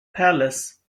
palace